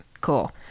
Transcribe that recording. cool